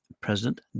President